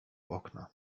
okna